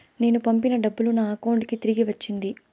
నేను పంపిన డబ్బులు నా అకౌంటు కి తిరిగి వచ్చింది